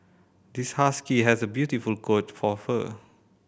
this husky has a beautiful coat of fur